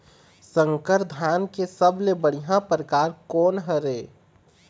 संकर धान के सबले बढ़िया परकार कोन हर ये?